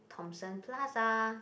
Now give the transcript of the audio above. Thomson-Plaza